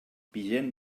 vigent